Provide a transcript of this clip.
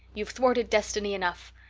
you've thwarted destiny enough.